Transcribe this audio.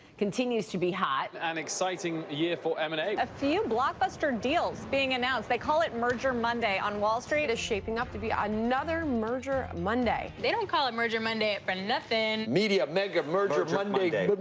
continues to be hot. an exciting year for m and a. a few blockbuster deals being announced. they call it merger monday, on wall street. it is shaping up to be another merger monday. they don't call it merger monday for nothing. media mega merger monday.